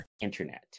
Internet